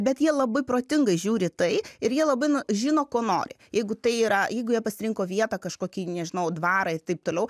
bet jie labai protingai žiūri į tai ir jie labai na žino ko nori jeigu tai yra jeigu jie pasirinko vietą kažkokį nežinau dvarą ir taip toliau